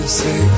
say